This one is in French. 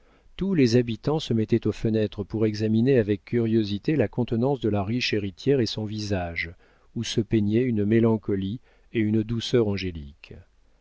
tous les habitants se mettaient aux fenêtres pour examiner avec curiosité la contenance de la riche héritière et son visage où se peignaient une mélancolie et une douceur angéliques